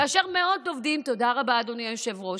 תודה רבה, אדוני היושב-ראש.